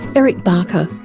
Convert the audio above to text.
eric barker.